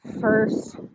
first